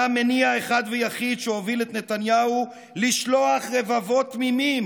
היה מניע אחד ויחיד שהוביל את נתניהו לשלוח רבבות תמימים,